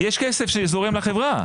יש כסף שזורם לחברה.